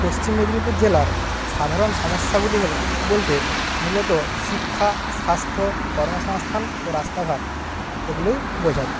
পশ্চিম মেদিনীপুর জেলার সাধারণ সমস্যাগুলি হল বলতে মূলত শিক্ষা স্বাস্থ্য কর্মসংস্থান ও রাস্তাঘাট এগুলোই বোঝায়